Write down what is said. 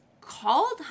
called